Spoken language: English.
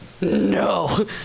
No